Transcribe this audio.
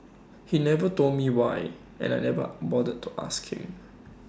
he never told me why and I never bothered to ask him